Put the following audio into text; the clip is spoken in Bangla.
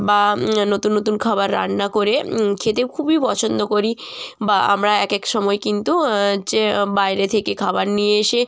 বা নতুন নতুন খাবার রান্না করে খেতেও খুবই পছন্দ করি বা আমরা একেক সময় কিন্তু হচ্ছে বাইরে থেকে খাবার নিয়ে এসে